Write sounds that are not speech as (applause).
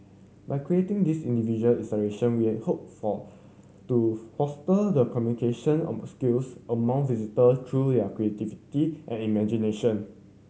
by creating these individual installation we have hope for to foster the communication among skills among visitor through (unintelligible) creativity and imagination